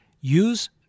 Use